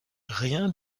rien